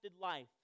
life